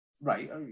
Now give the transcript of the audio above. right